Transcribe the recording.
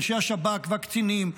אנשי השב"כ והקצינים,